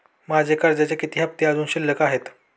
माझे कर्जाचे किती हफ्ते अजुन शिल्लक आहेत?